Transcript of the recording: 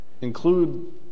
include